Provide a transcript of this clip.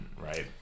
right